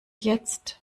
jetzt